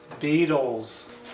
Beatles